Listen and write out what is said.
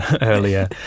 earlier